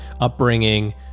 upbringing